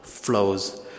flows